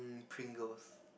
Pringles